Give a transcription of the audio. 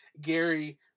Gary